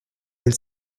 elle